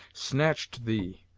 snatched thee,